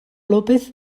lópez